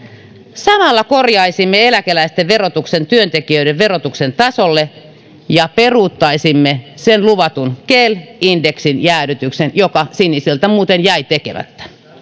samalla korjaisimme eläkeläisten verotuksen työntekijöiden verotuksen tasolle ja peruuttaisimme sen luvatun kel indeksin jäädytyksen joka sinisiltä muuten jäi tekemättä